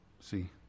see